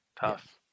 tough